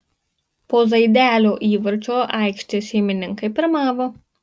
po zaidelio įvarčio aikštės šeimininkai pirmavo